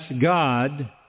God